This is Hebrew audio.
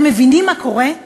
אתם מבינים מה קורה?